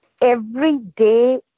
everyday